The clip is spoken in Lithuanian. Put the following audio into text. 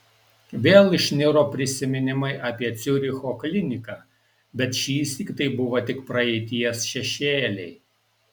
vėl išniro prisiminimai apie ciuricho kliniką bet šįsyk tai buvo tik praeities šešėliai